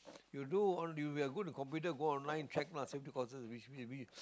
you do on if you have go to computer go online check lah safety courses in which whi~